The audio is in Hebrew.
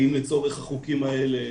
האם לצורך החוקים האלה